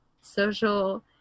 social